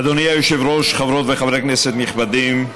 אדוני היושב-ראש, חברות וחברי כנסת נכבדים,